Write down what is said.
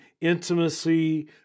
intimacy